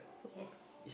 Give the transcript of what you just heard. yes